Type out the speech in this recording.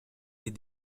des